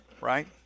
right